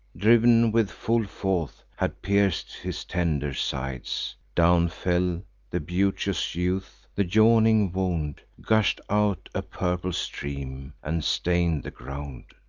driv'n with full force, had pierc'd his tender sides. down fell the beauteous youth the yawning wound gush'd out a purple stream, and stain'd the ground.